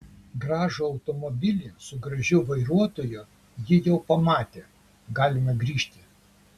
gražų automobilį su gražiu vairuotoju ji jau pamatė galima grįžti